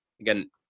again